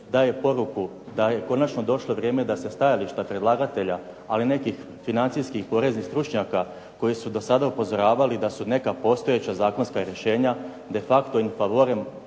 daje poruku da je konačno došlo vrijeme da se stajališta predlagatelja, ali i nekih financijskih poreznih stručnjaka koji su do sada upozoravali da su neka postojeća zakonska rješenja de facto, in favoren